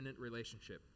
relationship